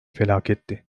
felaketti